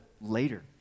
later